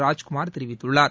ராஜ்குமார் தெரிவித்துள்ளார்